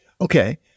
Okay